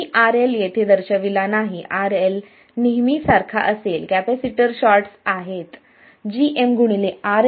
मी RL येथे दर्शविला नाही RL नेहमी सारखा असेल कॅपेसिटर शॉर्ट्स आहेत gmRL ∞